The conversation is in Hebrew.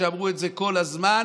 שאמרו את זה כל הזמן,